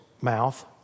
mouth